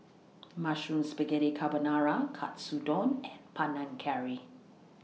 Mushroom Spaghetti Carbonara Katsudon and Panang Curry